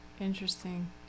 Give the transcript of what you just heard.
interesting